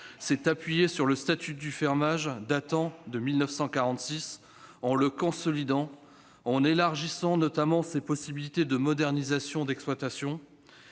s'est appuyée sur le statut du fermage, datant de 1946, en le consolidant et en élargissant notamment les possibilités de modernisation de l'exploitation.